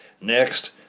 Next